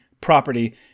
property